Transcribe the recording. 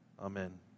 Amen